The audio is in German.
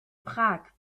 prag